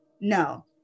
no